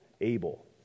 Abel